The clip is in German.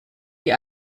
die